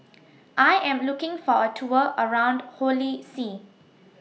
I Am looking For A Tour around Holy See